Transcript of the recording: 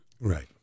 Right